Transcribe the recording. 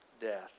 death